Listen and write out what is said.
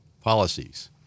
policies